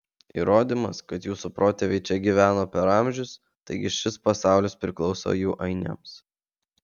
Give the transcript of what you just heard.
įrodymas kad jūsų protėviai čia gyveno per amžius taigi šis pasaulis priklauso jų ainiams